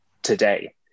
today